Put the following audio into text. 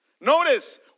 notice